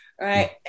Right